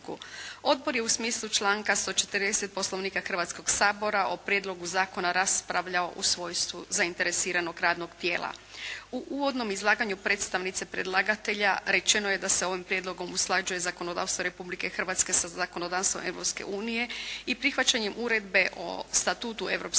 Odbor je u smislu članka 140. Poslovnika Hrvatskoga sabora o prijedlogu zakona raspravljao u svojstvu zainteresiranog radnog tijela. U uvodnom izlaganju predstavnice predlagatelja rečeno je da se ovim prijedlogom usklađuje zakonodavstvo Republike Hrvatske sa zakonodavstvom Europske unije i prihvaćanjem Uredbe o statutu